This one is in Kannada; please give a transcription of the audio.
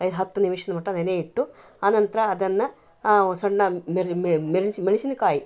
ಐದು ಹತ್ತು ನಿಮಿಷದ ಮಟ ನೆನೆ ಇಟ್ಟು ಆನಂತರ ಅದನ್ನ ಸಣ್ಣ ಮೆಣಸಿನಕಾಯಿ